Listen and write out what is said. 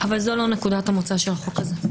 אבל זו לא נקודת המוצא של החוק הזה.